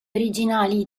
originali